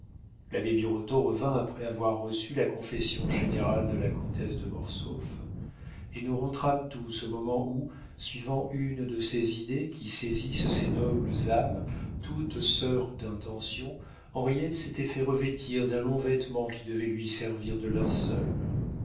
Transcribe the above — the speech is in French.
l'abbé birotteau revint après avoir reçu la confession générale de la comtesse de mortsauf et nous rentrâmes tous au moment où suivant une de ces idées qui saisissent ces nobles âmes toutes sœurs d'intention henriette s'était fait revêtir d'un long vêtement qui devait lui servir de linceul